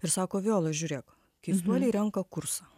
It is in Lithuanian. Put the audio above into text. ir sako viola žiūrėk keistuoliai renka kursą